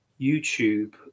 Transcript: youtube